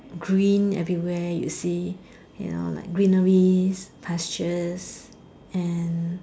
green everywhere you see you know like greeneries pastures and